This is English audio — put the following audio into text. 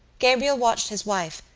gabriel watched his wife,